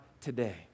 today